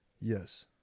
Yes